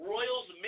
Royals